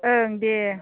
ओं दे